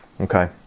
Okay